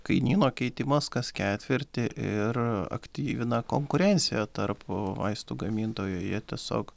kainyno keitimas kas ketvirtį ir aktyvina konkurenciją tarp vaistų gamintojų jie tiesiog